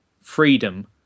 freedom